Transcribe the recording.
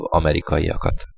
amerikaiakat